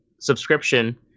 subscription